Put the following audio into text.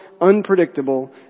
unpredictable